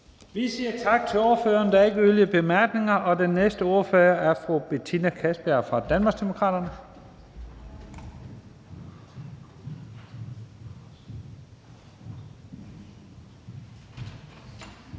Vi siger tak til ordføreren. Der er ikke yderligere korte bemærkninger. Den næste ordfører er fru Betina Kastbjerg fra Danmarksdemokraterne. Kl.